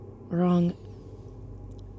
wrong